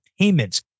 payments